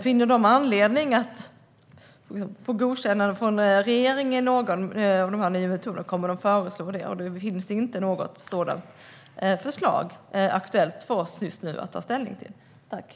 Finner de anledning att få godkännande från regeringen för någon av de nya metoderna kommer de att föreslå det, men något sådant förslag finns inte för oss att ta ställning till just nu.